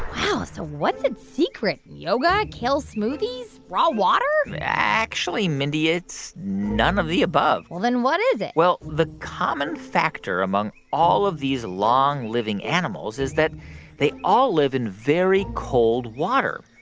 wow. so what's its secret? yoga? kale smoothies? raw water? actually, mindy, it's none of the above well, then what is it? well, the common factor among all of these long-living animals is that they all live in very cold water.